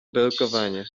belkowanie